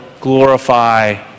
glorify